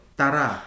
tara